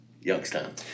Youngstown